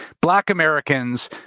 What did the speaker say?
black americans,